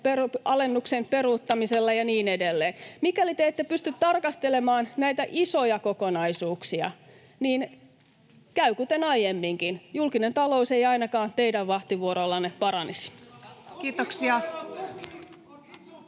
alennuksen peruuttamisella ja niin edelleen. Mikäli te ette pysty tarkastelemaan näitä isoja kokonaisuuksia, niin käy kuten aiemminkin: julkinen talous ei ainakaan teidän vahtivuorollanne paranisi. [Speech